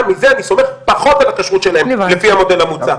מזה אני סומך פחות על הכשרות שלהם לפי המודל המוצע.